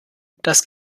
das